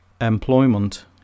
employment